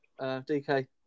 DK